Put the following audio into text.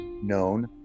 known